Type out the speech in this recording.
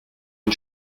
une